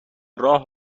راه